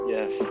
Yes